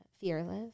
fearless